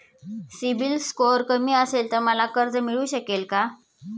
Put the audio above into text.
CIBIL score कमी असेल तर मला कर्ज मिळू शकेल का?